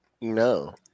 No